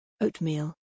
Oatmeal